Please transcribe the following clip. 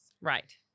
right